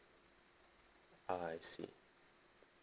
ah I see